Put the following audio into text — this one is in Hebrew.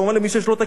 למי שיש לו הכשרון.